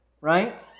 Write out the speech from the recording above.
right